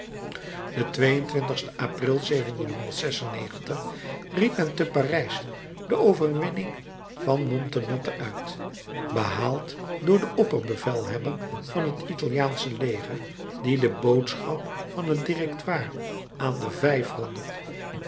de overwinning van montenotte uit behaald door den opperbevelhebber van het italiaansche leger dien de boodschap van het directoire aan de vijfhonderd